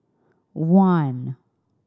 one